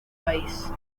país